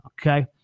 okay